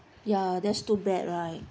ya that's too bad right